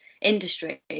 industry